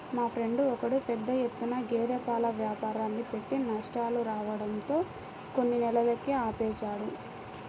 మా ఫ్రెండు ఒకడు పెద్ద ఎత్తున గేదె పాల వ్యాపారాన్ని పెట్టి నష్టాలు రావడంతో కొన్ని నెలలకే ఆపేశాడు